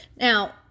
now